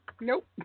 Nope